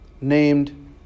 named